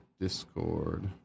Discord